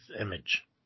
image